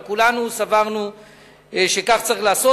סברנו שכך צריך לעשות,